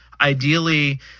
Ideally